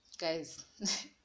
guys